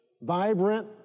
vibrant